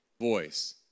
voice